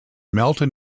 melton